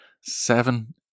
seven